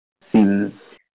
seems